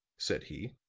said he.